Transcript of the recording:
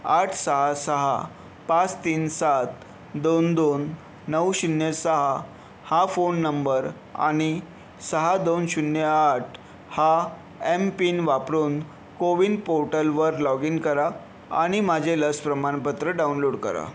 आठ सहा सहा पाच तीन सात दोन दोन नऊ शून्य सहा हा फोन नंबर आणि सहा दोन शून्य आठ हा एमपिन वापरून कोविन पोर्टलवर लॉग इन करा आणि माझे लस प्रमाणपत्र डाउनलोड करा